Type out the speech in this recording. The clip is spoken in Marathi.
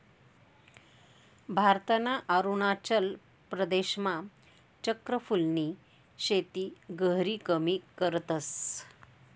भारतना अरुणाचल प्रदेशमा चक्र फूलनी शेती गहिरी कमी करतस